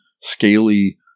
scaly